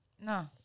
No